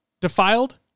Defiled